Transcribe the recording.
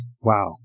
wow